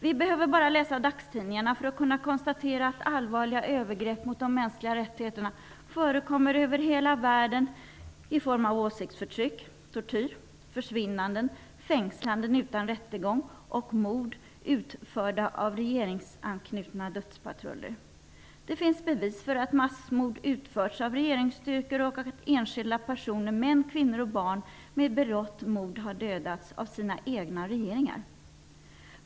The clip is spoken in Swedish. Vi behöver bara läsa dagstidningarna för att konstatera att allvarliga övergrepp mot de mänskliga rättigheterna förekommer över hela världen i form av åsiktsförtryck, tortyr, försvinnanden, fängslanden utan rättegång och mord utförda av regeringsanknutna dödspatruller. Det finns bevis för att massmord har utförts av regeringsstyrkor och att enskilda personer -- män, kvinnor och barn -- med berått mod har dödats av sina egna regeringar.